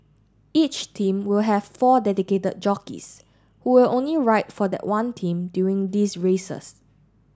each team will have four dedicated jockeys who will only ride for that one team during these races